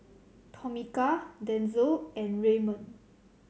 Tomika Denzil and Raymond